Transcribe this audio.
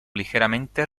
ligeramente